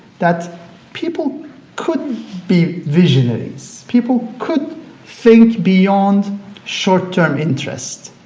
that people could be visionaries. people could think beyond short term interests.